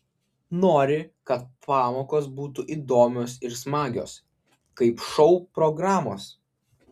nori kad pamokos būtų įdomios ir smagios kaip šou programos